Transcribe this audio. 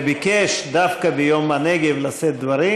וביקש דווקא ביום הנגב לשאת דברים.